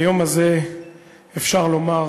היום הזה אפשר לומר: